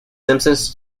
simpsons